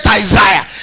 isaiah